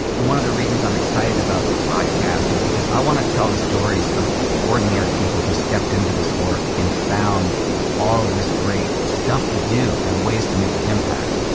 one of the reasons i'm excited about the podcast is because i want to tell the stories of ordinary people who stepped into this work and found all of this great stuff to do and ways to make an impact.